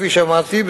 כפי אמרתי,